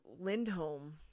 Lindholm